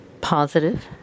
positive